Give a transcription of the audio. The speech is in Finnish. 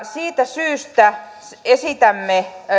siitä syystä esitämme